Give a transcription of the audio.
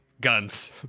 guns